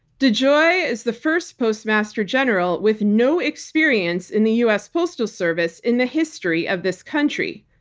dejoy is the first postmaster general with no experience in the us postal service in the history of this country.